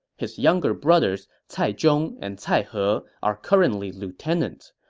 his younger brothers cai zhong and cai he are currently lieutenants.